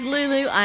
Lulu